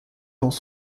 dans